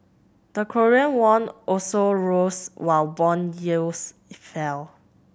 the Korean won also rose while bond yields fell